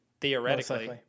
theoretically